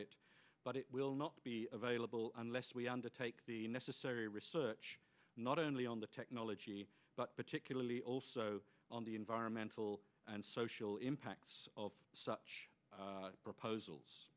it but it will not be available unless we undertake the necessary research not only on the technology but particularly also on the environmental and social impacts of such proposals